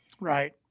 Right